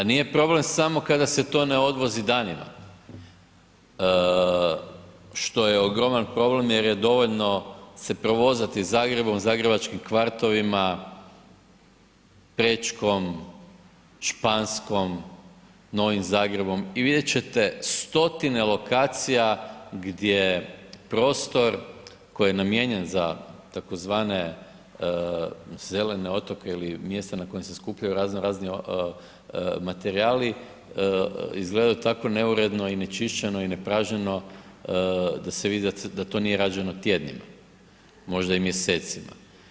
Pa nije problem samo kada se to ne odvozi danima, što je ogroman problem jer je dovoljno se provozati Zagrebom, zagrebačkim kvartovima Prečkom, Španskom, Novim Zagrebom i vidjet ćete stotine lokacija gdje prostor koji je namijenjen za tzv. zelene otoke ili mjesta na kojim se skupljaju razno razni materijali izgledaju tako neuredno i onečišćeno i nepražnjeno da se vidi da to nije rađeno tjednima, možda i mjesecima.